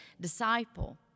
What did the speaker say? disciple